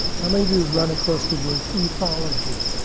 how many of you have run across the word ethology?